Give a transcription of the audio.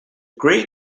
gray